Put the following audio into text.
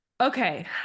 Okay